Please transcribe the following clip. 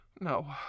No